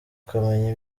ukamenya